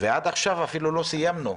ועד עכשיו אפילו לא סיימנו,